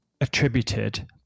attributed